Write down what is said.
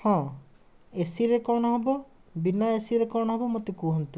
ହଁ ଏସିରେ କ'ଣ ହବ ବିନା ଏସିରେ କ'ଣ ହବ ମୋତେ କୁହନ୍ତୁ